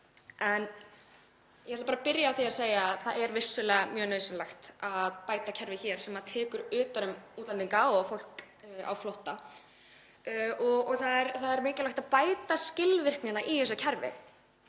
en ég ætla að byrja á því að segja að það er vissulega mjög nauðsynlegt að bæta kerfið hér sem tekur utan um útlendinga og fólk á flótta. Það er mikilvægt að bæta skilvirkni í þessu kerfi